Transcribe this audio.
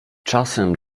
czasem